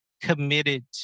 committed